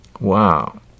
Wow